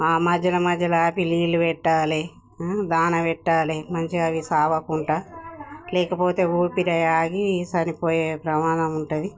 మధ్యలో మధ్యలో ఆపి నీళ్ళు పెట్టాలి దానా పెట్టాలి మంచిగా అవి చావకుండా లేకపోతే ఊపిరి ఆగి చనిపోయే ప్రమాదం ఉంటుంది